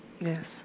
Yes